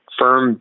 firm